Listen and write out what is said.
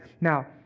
Now